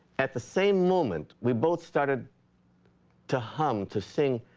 at the same moment we both started to hum, to sing.